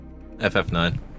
ff9